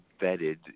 vetted